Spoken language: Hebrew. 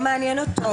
לא מעניין אותו.